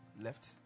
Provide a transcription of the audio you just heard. left